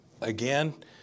Again